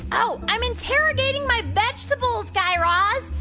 oh, i'm interrogating my vegetables, guy raz.